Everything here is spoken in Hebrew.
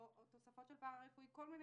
או תוספות של טיפול פרה-רפואי כל מיני